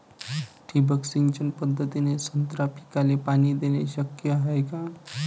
ठिबक सिंचन पद्धतीने संत्रा पिकाले पाणी देणे शक्य हाये का?